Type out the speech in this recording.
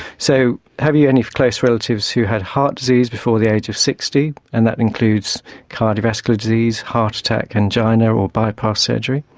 so have you any close relatives who had heart disease before the age of sixty? and that includes cardiovascular disease, heart attack, angina or or bypass surgery.